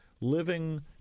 living